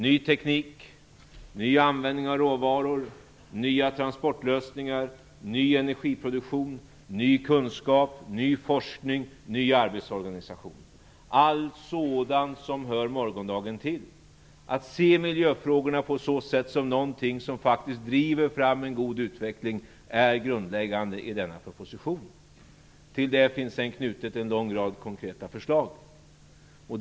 Ny teknik, ny användning av råvaror, nya transportlösningar, ny energiproduktion, ny kunskap, ny forskning, ny arbetsorganisation är allt sådant som hör morgondagen till. Att se miljöfrågorna som någonting som faktiskt driver fram en god utveckling är grundläggande i denna proposition. Till detta finns det en lång rad konkreta förslag knutna.